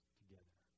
together